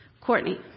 Courtney